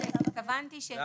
כל